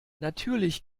natürlich